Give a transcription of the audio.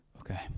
okay